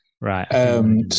Right